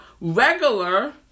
regular